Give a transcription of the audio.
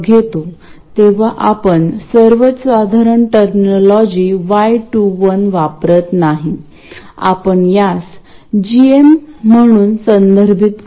आता अर्थातच आपल्याकडे अतिरिक्त घटक असू शकतात सर्वप्रथम आपल्याकडे कॅपेसिटर असू शकतात जे सिग्नल एका विशिष्ट फ्रिक्वेन्सी पेक्षा जास्त आहे असे गृहित धरून सिग्नलमध्ये बायस च्या काही व्हॅल्यू जोडण्यासाठी उपयुक्त आहेत